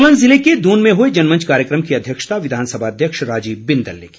सोलन ज़िले के दून में हुए जनमंच कार्यक्रम की अध्यक्षता विधानसभा अध्यक्ष राजीव बिंदल ने की